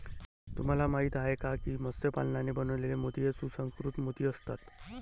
तुम्हाला माहिती आहे का की मत्स्य पालनाने बनवलेले मोती हे सुसंस्कृत मोती असतात